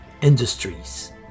industries